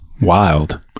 Wild